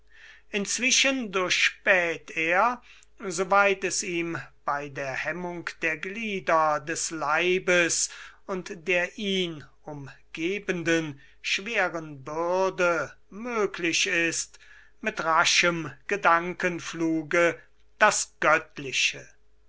inzwischen durchspäht er soweit es ihm bei der hemmung der glieder und der ihn umgebenden schweren bürde möglich ist mit raschem gedankenfluge das göttliche